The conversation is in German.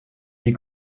die